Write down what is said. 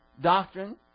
doctrine